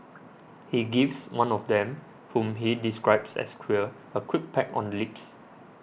he gives one of them whom he describes as queer a quick peck on lips